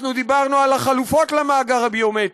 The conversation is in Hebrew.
אנחנו דיברנו על חלופות למאגר הביומטרי,